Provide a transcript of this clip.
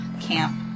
camp